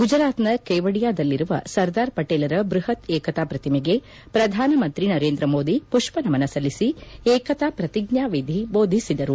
ಗುಜರಾತ್ನ ಕೇವಡಿಯಾದಲ್ಲಿರುವ ಸರ್ದಾರ್ ಪಟೇಲರ ಬೃಹತ್ ಏಕತಾ ಪ್ರತಿಮೆಗೆ ಪ್ರಧಾನಮಂತ್ರಿ ನರೇಂದ್ರ ಮೋದಿ ಪುಷ್ಪನಮನ ಸಲ್ಲಿಸಿ ಏಕತಾ ಪ್ರತಿಜ್ಞಾವಿಧಿ ಬೋಧಿಸಿದರು